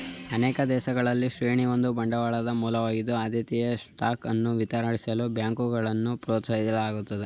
ಅನೇಕ ದೇಶಗಳಲ್ಲಿ ಶ್ರೇಣಿ ಒಂದು ಬಂಡವಾಳದ ಮೂಲವಾಗಿ ಆದ್ಯತೆಯ ಸ್ಟಾಕ್ ಅನ್ನ ವಿತರಿಸಲು ಬ್ಯಾಂಕ್ಗಳನ್ನ ಪ್ರೋತ್ಸಾಹಿಸಲಾಗುತ್ತದೆ